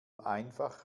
einfach